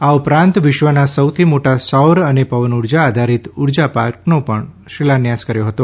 આ ઉપરાંત વિશ્વના સૌથી મોટા સૌર અને પવન ઉર્જા આધારિત ઉર્જા પાર્કનો પણ શિલાન્યાસ કર્યો હતો